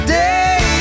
day